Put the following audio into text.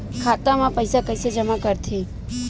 खाता म पईसा कइसे जमा करथे?